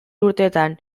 urteetan